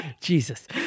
Jesus